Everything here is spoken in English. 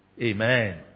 Amen